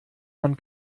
man